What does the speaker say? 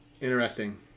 Interesting